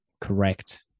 Correct